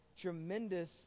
tremendous